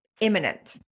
imminent